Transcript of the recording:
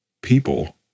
people